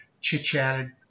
chit-chatted